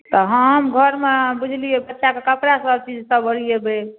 तऽ हम घरमे बूझलियै बच्चाके कपड़ा सबचीज सब ओरियेबै